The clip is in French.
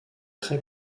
très